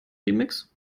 remix